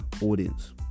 audience